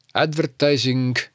Advertising